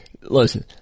listen